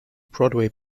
broadway